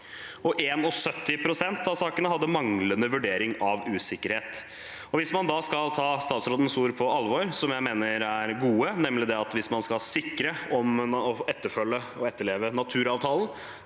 71 pst. av sakene hadde manglende vurdering av usikkerhet. Hvis man skal ta statsrådens ord på alvor, som jeg mener er gode – nemlig at hvis man skal sikre at man etterfølger og etterlever naturavtalen,